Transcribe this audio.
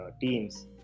teams